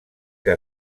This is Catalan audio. que